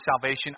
salvation